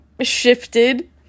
shifted